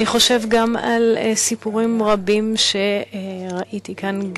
אני חושב גם על סיפורים רבים שראיתי כאן,